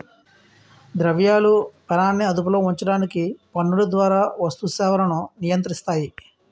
ద్రవ్యాలు పనాన్ని అదుపులో ఉంచడానికి పన్నుల ద్వారా వస్తు సేవలను నియంత్రిస్తాయి